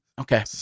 Okay